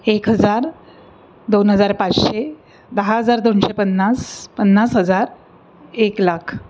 एक हजार दोन हजार पाचशे दहा हजार दोनशे पन्नास पन्नास हजार एक लाख